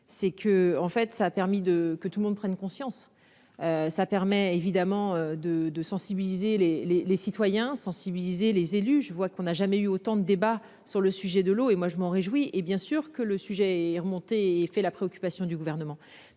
c'est que en fait ça a permis de que tout le monde prenne conscience. Ça permet évidemment de, de sensibiliser les les les citoyens sensibiliser les élus, je vois qu'on a jamais eu autant de débats sur le sujet de l'eau et moi je m'en réjouis et bien sûr que le sujet est remonté et fait la préoccupation du gouvernement,